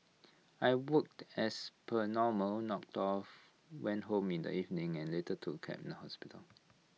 I worked as per normal knocked off went home in the evening and later took A cab to the hospital